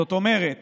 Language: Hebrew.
זאת אומרת